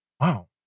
Wow